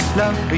love